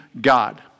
God